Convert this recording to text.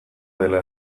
dela